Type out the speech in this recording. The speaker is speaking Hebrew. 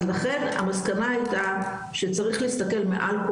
אז לכן המסקנה הייתה שצריך להסתכל מעל כל